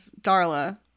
Darla